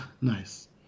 Nice